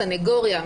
סניגוריה,